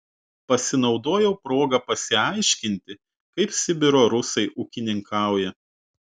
pasinaudojau proga pasiaiškinti kaip sibiro rusai ūkininkauja